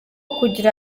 kugira